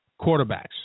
quarterbacks